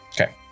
Okay